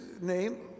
name